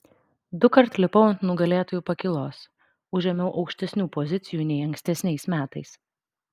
dukart lipau ant nugalėtojų pakylos užėmiau aukštesnių pozicijų nei ankstesniais metais